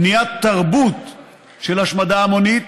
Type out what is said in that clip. בניית תרבות של השמדה המונית,